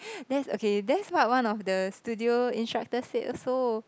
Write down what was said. that's okay that's what one of the studio instructor said also